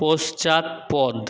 পশ্চাৎপদ